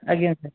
ଆଜ୍ଞା ସାର୍